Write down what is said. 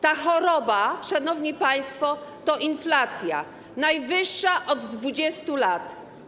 Ta choroba, szanowni państwo, to inflacja, najwyższa od 20 lat.